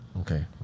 Okay